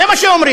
זה מה שאומרים.